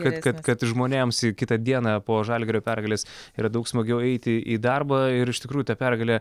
kad kad kad žmonėms jau kitą dieną po žalgirio pergalės yra daug smagiau eiti į darbą ir iš tikrųjų ta pergalė